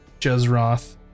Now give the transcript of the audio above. Jezroth